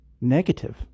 negative